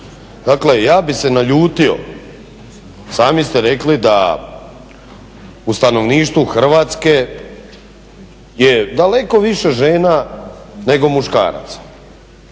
Dakle ja bih se naljutio sami ste rekli da u stanovništvu Hrvatske je daleko više žena nego muškaraca,